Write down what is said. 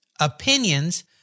opinions